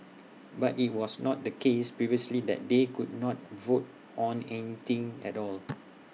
but IT was not the case previously that they could not vote on anything at all